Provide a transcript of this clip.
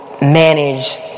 manage